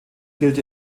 gilt